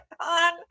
on